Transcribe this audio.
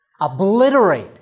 obliterate